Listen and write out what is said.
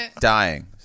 dying